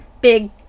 big